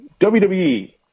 WWE